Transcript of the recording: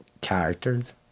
characters